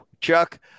Chuck